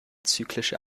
zyklische